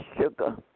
sugar